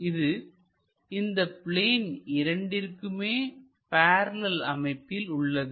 இது இந்த பிளேன் இரண்டிற்குமே ப்பரளல் அமைப்பில் உள்ளது